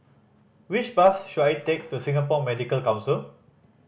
which bus should I take to Singapore Medical Council